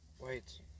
Wait